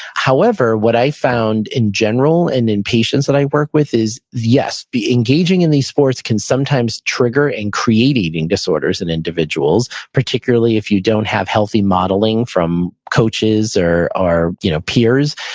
however, what i found in general and in patients that i work with is yes, the engaging in these sports can sometimes trigger and creating eating disorders in individuals, particularly if you don't have healthy modeling from coaches or you know peers.